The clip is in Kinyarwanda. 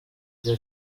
rya